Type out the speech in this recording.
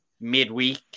midweek